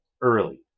early